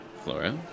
Flora